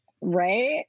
Right